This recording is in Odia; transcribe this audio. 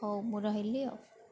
ହଉ ମୁଁ ରହିଲି ଆଉ